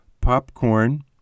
popcorn